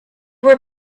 were